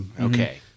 Okay